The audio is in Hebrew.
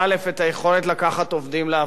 את היכולת לקחת עובדים לעבודה,